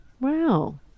Wow